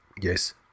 Yes